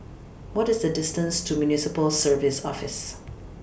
What IS The distance to Municipal Services Office